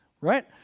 right